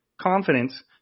confidence